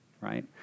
right